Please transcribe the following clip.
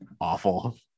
Awful